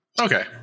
Okay